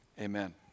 Amen